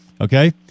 okay